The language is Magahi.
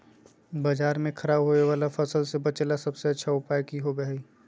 बाजार में खराब होबे वाला फसल के बेचे ला सबसे अच्छा उपाय की होबो हइ?